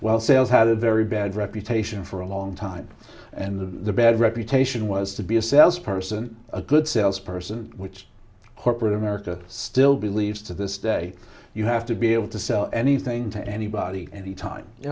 well sales had a very bad reputation for a long time and the bad reputation was to be a salesperson a good sales person which corporate america still believes to this day you have to be able to sell anything to anybody any time